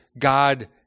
God